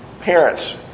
parents